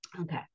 Okay